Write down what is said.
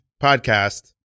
podcast